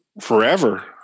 forever